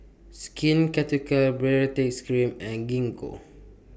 Skin Ceuticals Baritex Cream and Gingko